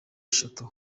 eshatu